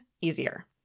easier